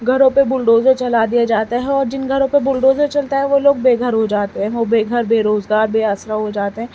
گھروں پہ بلڈوزر چلا دیا جاتا ہے اور جن گھروں پہ بلڈوزر چلتا ہے وہ لوگ بےگھر ہو جاتے ہیں وہ بےگھر بےروزگار بےآسرا ہو جاتے ہیں